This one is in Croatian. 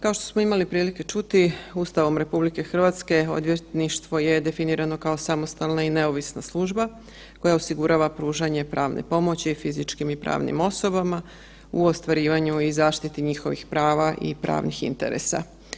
Kao što smo imali prilike čuti, Ustavom RH, odvjetništvo je definirano kao samostalna i neovisna služba koja osigurava pružanje pravne pomoći fizičkim i pravnim osobama u ostvarivanju i zaštiti njihovih prava i pravnih interesa.